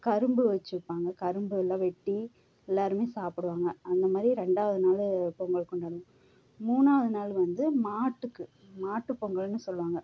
கரும்பு வெச்சுருப்பாங்க கரும்பு எல்லாம் வெட்டி எல்லோருமே சாப்பிடுவாங்க அந்த மாதிரி ரெண்டாவது நாள் பொங்கல் கொண்டாடுவோம் மூணாவது நாள் வந்து மாட்டுக்கு மாட்டு பொங்கல்னு சொல்வாங்க